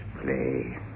play